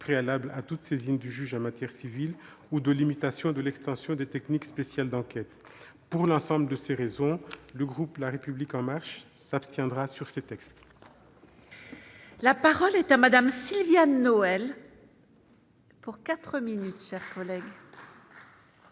préalable à toute saisine du juge en matière civile ou la limitation de l'extension des techniques spéciales d'enquête. Pour l'ensemble de ces raisons, le groupe La République En Marche s'abstiendra sur ces textes. La parole est à Mme Sylviane Noël. Madame la